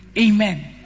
amen